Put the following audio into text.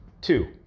Two